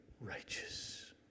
righteous